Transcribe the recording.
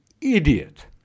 idiot